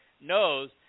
knows